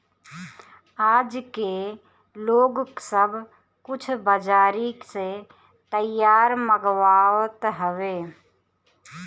आजके लोग सब कुछ बजारी से तैयार मंगवात हवे